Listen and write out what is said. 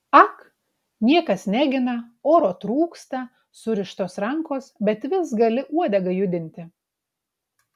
ak niekas negina oro trūksta surištos rankos bet vis gali uodegą judinti